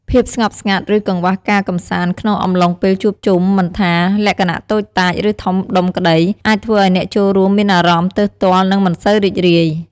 ភាពស្ងប់ស្ងាត់ ឬ កង្វះការកម្សាន្តក្នុងអំឡុងពេលជួបជុំមិនថា លក្ខណៈតូចតាច ឬ ធំដុំក្ដី អាចធ្វើឱ្យអ្នកចូលរួមមានអារម្មណ៍ទើសទាល់ និងមិនសូវរីករាយ។